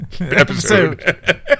episode